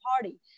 party